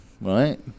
right